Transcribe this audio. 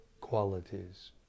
qualities